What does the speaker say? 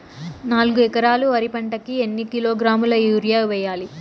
నాలుగు ఎకరాలు వరి పంటకి ఎన్ని కిలోగ్రాముల యూరియ వేయాలి?